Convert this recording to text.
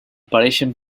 pareixen